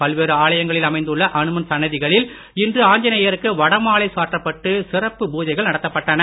பல்வேறு ஆலயங்களில் அமைந்துள்ள அனுமன் சந்நதிகளில் இன்று ஆஞ்சநேயருக்கு வடமாலை சாற்றப்பட்டு சிறப்பு பூஜைகள் நடத்தப்பட்டன